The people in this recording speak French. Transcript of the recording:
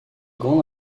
grande